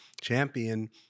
Champion